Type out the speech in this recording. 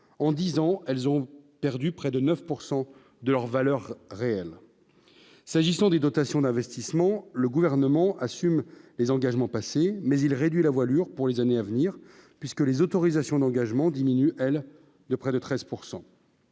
en 10 ans, elles ont perdu près de 9 pourcent de leur valeur réelle s'agissant des dotations d'investissement, le gouvernement assume les engagements passés mais il réduit la voilure pour les années à venir, puisque les autorisations d'engagement diminue elle de près de 13